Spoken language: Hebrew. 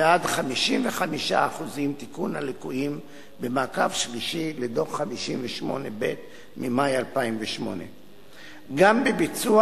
ועד ל-55% במעקב שלישי לדוח 58ב ממאי 2008. גם בביצוע